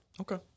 Okay